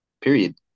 Period